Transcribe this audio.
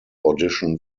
audition